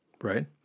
right